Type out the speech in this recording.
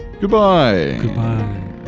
Goodbye